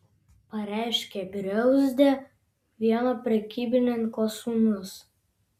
pareiškė griauzdė vieno prekybininko sūnus